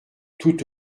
tout